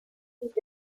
tres